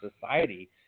society